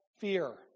fear